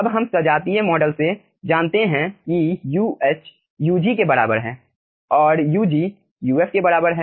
अब हम सजातीय मॉडल से जानते हैं कि Uh Ug के बराबर है और Ug Uf के बराबर है